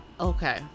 okay